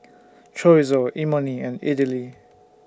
Chorizo Imoni and Idili